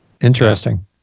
Interesting